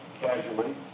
casually